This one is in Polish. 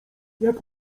jak